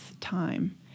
time